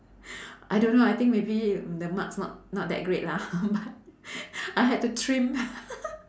I don't know i think maybe the marks not not that great lah but I had to trim